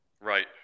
right